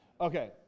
Okay